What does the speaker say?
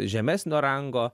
žemesnio rango